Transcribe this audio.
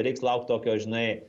reiks laukt tokio žinai